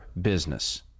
business